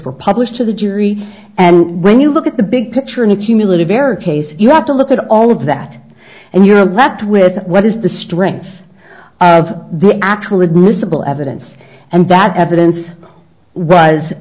were published to the jury and when you look at the big picture in a cumulative error case you have to look at all of that and you're left with what is the strengths of the actual admissible evidence and that evidence was